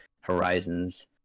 horizons